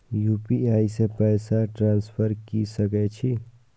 UPI से पैसा transfer की सके छी?